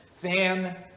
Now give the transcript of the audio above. Fan